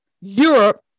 Europe